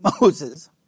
Moses